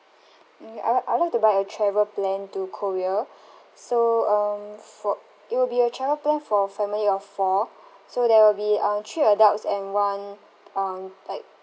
ye~ I I would like to buy a travel plan to korea so um for it will be a travel plan for a family of four so there will be uh three adults and one um like